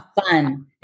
fun